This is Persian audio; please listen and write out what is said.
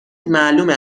معلومه